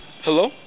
hello